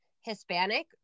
Hispanic